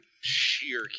sheer